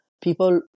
people